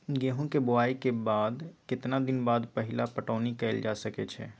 गेंहू के बोआई के केतना दिन बाद पहिला पटौनी कैल जा सकैछि?